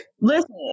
listen